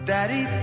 Daddy